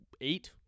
eight